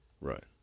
Right